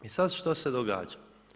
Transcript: I sad što se događa?